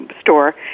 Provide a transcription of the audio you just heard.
store